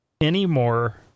anymore